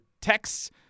texts